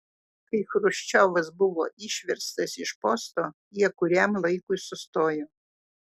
kai chruščiovas buvo išverstas iš posto jie kuriam laikui sustojo